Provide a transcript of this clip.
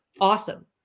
awesome